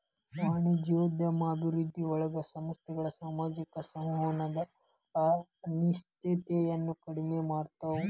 ವಾಣಿಜ್ಯೋದ್ಯಮ ಅಭಿವೃದ್ಧಿಯೊಳಗ ಸಂಸ್ಥೆಗಳ ಸಾಮಾಜಿಕ ಸಂವಹನದ ಅನಿಶ್ಚಿತತೆಯನ್ನ ಕಡಿಮೆ ಮಾಡ್ತವಾ